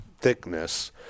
thickness